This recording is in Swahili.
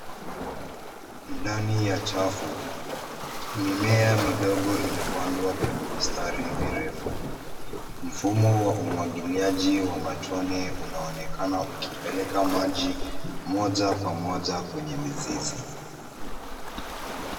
Ndani ya chafu, mimea midogo imepandwa kwenye mistari mirefu. Mfumo ya umwagiliaji wa matone, unaonekana ukipeleka maji moja kwa moja kwenye mizizi.